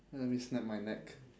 let me snap my neck